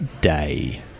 day